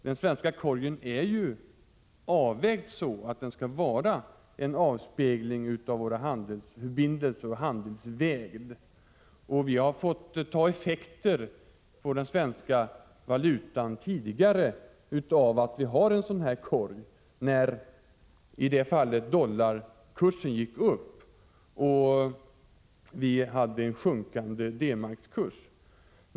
Den svenska valutakorgen är avvägd så att den skall vara en avspegling av våra handelsförbindelser. Det har blivit effekter på den svenska valutan tidigare genom konstruktionen av denna korg, när dollarkursen gick upp och D-markskursen sjönk.